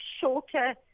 shorter